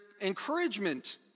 encouragement